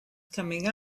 coming